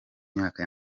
myaka